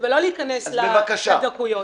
ולא להיכנס לדקויות.